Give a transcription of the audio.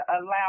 allow